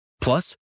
Plus